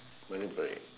marine Parade